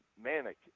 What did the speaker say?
Manic